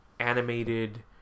Animated